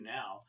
now